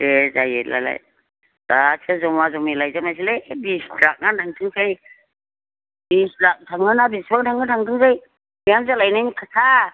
दे जायो बिदिब्लालाय गासै जमा जमि लायजोबनोसोलै बेसे लाखा नोंसोरनिफ्राय बिस लाखा थाङो ना बेसेबां थाङो थांथोंसै बिहामजो लायनायनि खोथा